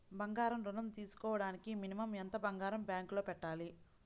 బంగారం ఋణం తీసుకోవడానికి మినిమం ఎంత బంగారం బ్యాంకులో పెట్టాలి?